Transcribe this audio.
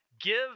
give